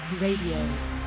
Radio